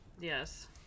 Yes